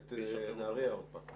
שלא יציף את נהריה עוד פעם.